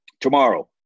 Tomorrow